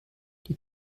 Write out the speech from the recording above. die